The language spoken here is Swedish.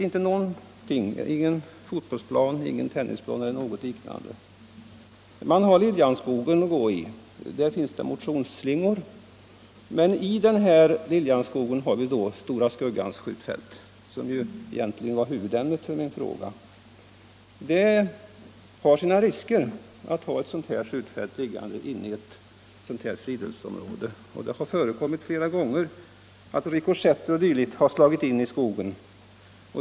Där finns ingen fotbollsplan, ingen tennisplan eller liknande. Man har Lilljansskogen att gå i — där finns det motionsslingor. Men där ligger Stora Skuggans skjutfält, som egentligen var huvudämnet för min fråga. Det har sina risker att ha ett sådant här skjutfält inom ett friluftsområde, och det har flera gånger förekommit att rikoschetter har slagit in i skogen.